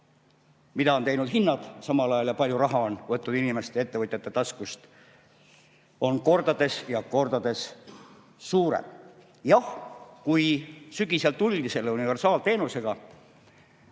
mida on teinud hinnad samal ajal ja kui palju raha on võtnud inimeste ja ettevõtjate taskust, on kordades ja kordades suurem. Jah, kui sügisel tuldi selle universaalteenusega